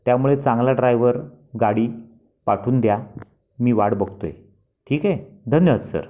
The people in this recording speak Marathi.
त्यामुळे चांगला ड्राइव्हर गाडी पाठवून द्या मी वाट बघतो आहे ठीक आहे धन्यवाद सर